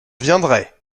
viendrai